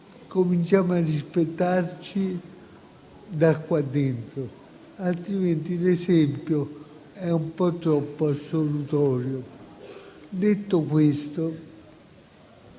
Cominciamo a rispettarci qua dentro, altrimenti l'esempio è un po' troppo assolutorio. Detto questo,